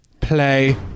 Play